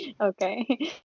Okay